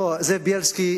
בילסקי,